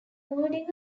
holding